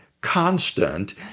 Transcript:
constant